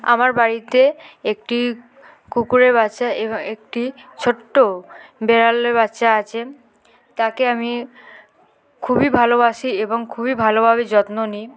আমার বাড়িতে একটি কুকুরের বাচ্চা এবং একটি ছোট্ট বেড়ালের বাচ্চা আছে তাকে আমি খুবই ভালোবাসি এবং খুবই ভালোভাবে যত্ন নিই